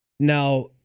Now